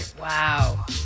Wow